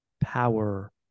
power